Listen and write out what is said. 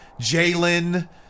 Jalen